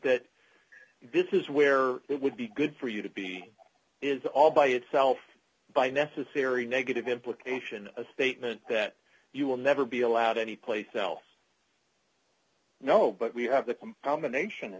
that this is where it would be good for you to be is all by itself by necessary negative implication a statement that you will never be allowed anyplace else no but we have the com